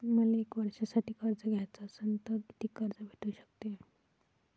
मले एक वर्षासाठी कर्ज घ्याचं असनं त कितीक कर्ज भेटू शकते?